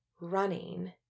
running